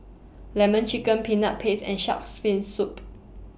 Lemon Chicken Peanut Paste and Shark's Fin Soup